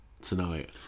tonight